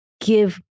give